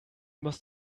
must